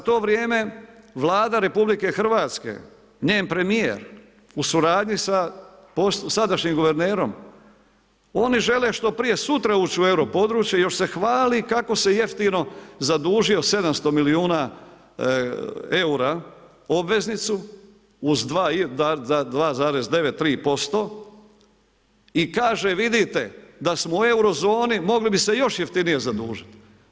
Za to vrijeme Vlada RH, njen premijer u suradnji sa sadašnjim guvernerom, oni žele što prije sutra ući u euro područje, još se hvali kako se jeftino zadužio, 700 milijuna eura obveznicu za 2,9-3% i kaže, vidite da smo u euro zoni mogli bi se još jeftinije zadužiti.